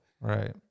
right